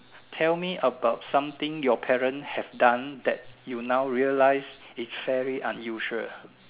tell me about something your parents have done that you now realize is very unusual